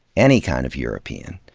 any kind of european,